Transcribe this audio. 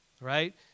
Right